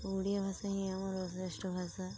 ଓଡ଼ିଆ ଭାଷା ହିଁ ଆମର ଶ୍ରେଷ୍ଠ ଭାଷା